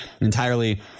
entirely